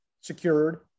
secured